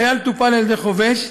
החייל טופל על-ידי חובש,